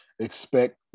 expect